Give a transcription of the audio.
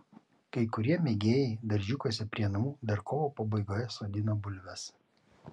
kai kurie mėgėjai daržiukuose prie namų dar kovo pabaigoje sodino bulves